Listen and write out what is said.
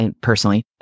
personally